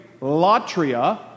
latria